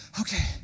okay